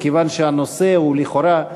מכיוון שהנושא הוא לכאורה,